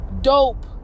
dope